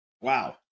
Wow